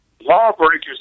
lawbreakers